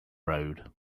road